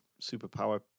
superpower